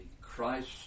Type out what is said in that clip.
Christ